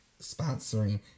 sponsoring